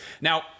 Now